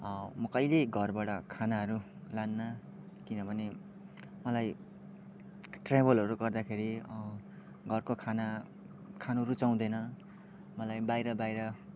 म कहिले घरबाट खानाहरू लान्नँ किनभने मलाई ट्राभलहरू गर्दाखेरि घरको खाना खानु रुचाउँदैन मलाई बाहिर बाहिर